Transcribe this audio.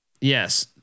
yes